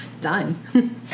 Done